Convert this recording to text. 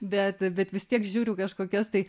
bet bet vis tiek žiūriu kažkokias tai